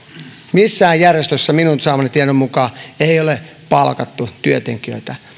missään järjestössä minun saamani tiedon mukaan ei ole palkattu työntekijöitä